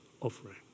offering